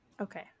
okay